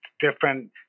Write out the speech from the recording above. different